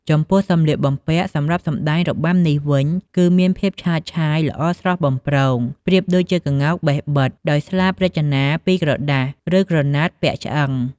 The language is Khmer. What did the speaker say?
ចំពោះសម្លៀកបំពាក់សម្រាប់សម្តែងរបាំនេះវិញ គឺមានភាពឆើតឆាយល្អស្រស់បំព្រង ប្រៀបដូចជាក្ងោកបេះបិទ ដោយស្លាបរចនាពីក្រដាស ឬក្រណាត់ពាក់ឆ្អឹង ។